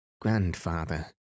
Grandfather